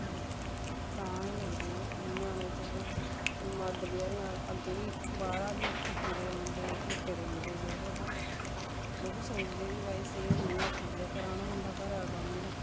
तां गै लगदे ओह् इ'यां ते मर्द बचारे अग्गें गैं बाह्रा दा थक्के दे औंदे हुट्टे दे औंदे बचारे बा ओह् बी सोचदे भाई सेहत नेईं होऐ ठीक तां कराना पौंदा घरा दा कम्म बी